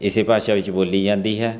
ਇਸ ਭਾਸ਼ਾ ਵਿੱਚ ਬੋਲੀ ਜਾਂਦੀ ਹੈ